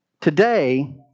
Today